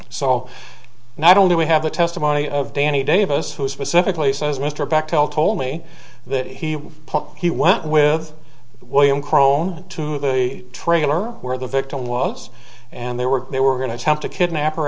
so now don't we have the testimony of danny davis who specifically says mr beck tell told me that he he went with william crone to the trailer where the victim was and they were they were going to attempt to kidnap or